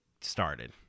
started